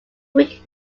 weak